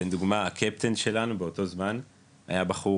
לדוגמה הקפטן שלנו באותו זמן היה בחור